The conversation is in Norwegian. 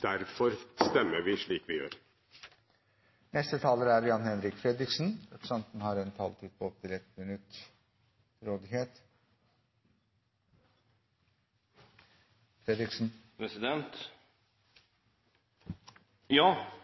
Derfor stemmer vi slik vi gjør. Representanten Jan-Henrik Fredriksen har hatt ordet to ganger tidligere og får ordet til en kort merknad, begrenset til 1 minutt.